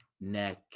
neck